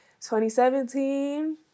2017